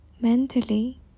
mentally